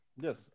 Yes